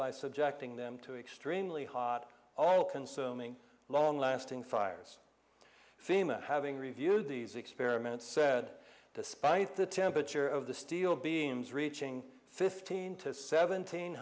by subjecting them to extremely hot all consuming long lasting fires fema having reviewed these experiments said despite the temperature of the steel beams reaching fifteen to seventeen